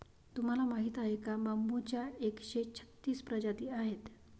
तुम्हाला माहीत आहे का बांबूच्या एकशे छत्तीस प्रजाती आहेत